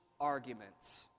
arguments